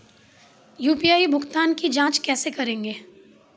UPI भुगतान की जाँच कैसे करेंगे?